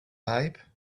pipe